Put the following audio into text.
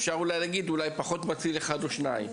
אולי אפשר לומר שיהיו פחות מציל אחד או שניים.